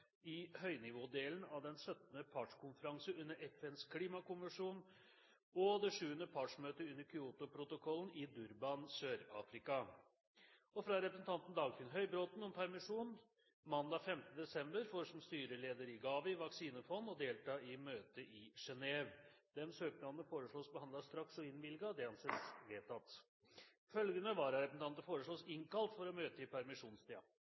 i høynivådelen av den 17. partskonferanse under FNs klimakonvensjon og det sjuende partsmøtet under Kyotoprotokollen i Durban i Sør-Afrika fra representanten Dagfinn Høybråten om permisjon mandag 5. desember for, som styreleder i GAVI vaksinefond, å delta i møte i Genève Etter forslag fra presidenten ble enstemmig besluttet: Søknadene behandles straks og innvilges. Følgende vararepresentanter innkalles for å møte i